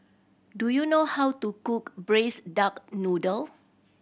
do you know how to cook Braised Duck Noodle